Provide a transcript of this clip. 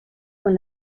con